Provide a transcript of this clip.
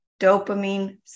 dopamine